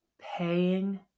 paying